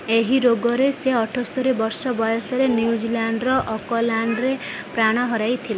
ଏହି ରୋଗରେ ସିଏ ଅଠସ୍ତୋରି ବର୍ଷ ବୟସରେ ନ୍ୟୁଜିଲାଣ୍ଡର ଅକଲ୍ୟାଣ୍ଡରେ ପ୍ରାଣ ହରାଇଥିଲେ